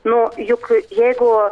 nu juk jeigu